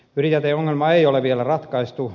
ydinjäteongelma ei ole vielä ratkaistu